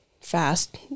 fast